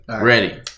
Ready